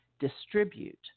distribute